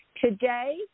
Today